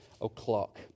o'clock